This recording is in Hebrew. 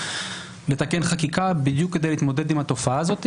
לתקן חקיקה בדיוק כדי להתמודד עם התופעה הזאת.